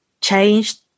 changed